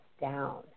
down